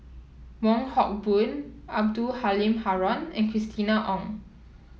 Wong Hock Boon Abdul Halim Haron and Christina Ong